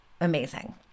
amazing